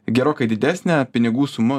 gerokai didesnę pinigų suma